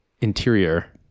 interior